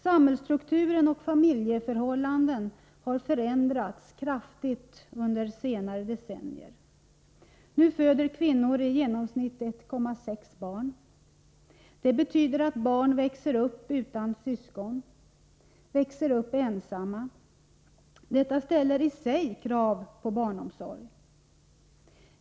Samhällsstrukturen och familjeförhållandena har förändrats kraftigt under senare decennier. Nu föder kvinnor i genomsnitt 1,6 barn. Det betyder att många barn växer upp utan syskon, växer upp ensamma. Detta ställer i sig krav på barnomsorg.